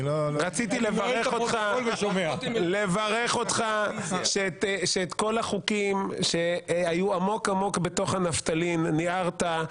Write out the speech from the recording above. רציתי לברך אותך שאת כל החוקים שהיו עמוק-עמוק בתוך הנפטלין ניערת.